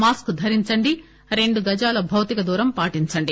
mask ధరించండి రెండు గజాల భౌతిక దూరం పాటించండి